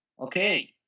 okay